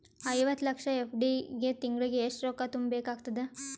ಐವತ್ತು ಲಕ್ಷ ಎಫ್.ಡಿ ಗೆ ತಿಂಗಳಿಗೆ ಎಷ್ಟು ರೊಕ್ಕ ತುಂಬಾ ಬೇಕಾಗತದ?